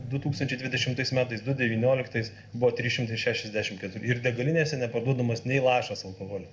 du tūkstančiai dvidešimtais metais du devynioliktais buvo trys šimtai šešiasdešimt keturi ir degalinėse neparduodamas nei lašas alkoholio